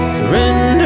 Surrender